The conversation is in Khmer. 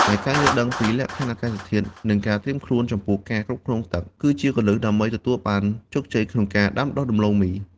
ហើយការយល់ដឹងពីលក្ខខណ្ឌអាកាសធាតុ និងការត្រៀមខ្លួនចំពោះការគ្រប់គ្រងទឹក គឺជាគន្លឹះដើម្បីទទួលបានជោគជ័យក្នុងការដាំដុះដំឡូងមី។